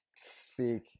speak